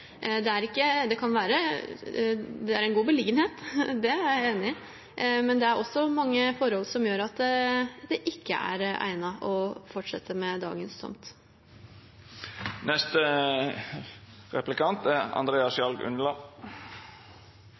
Det er god beliggenhet, det er jeg enig i, men det er mange forhold som gjør at det ikke er egnet å fortsette med dagens tomt. Tiden for lokal overkjøring er